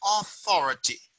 authority